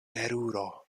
teruro